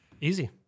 Easy